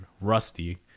rusty